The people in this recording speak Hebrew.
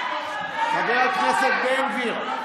קורא מחבל, חבר הכנסת בן גביר.